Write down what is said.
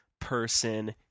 person